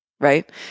right